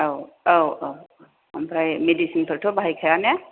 औ औ औ ओमफ्राय मेदिसिनफोरथ' बाहाय खाया ने